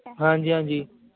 ਹਾਂਜੀ ਹਾਂਜੀ